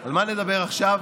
על מה נדבר עכשיו?